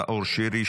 נאור שירי,